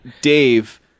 Dave